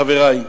חברי,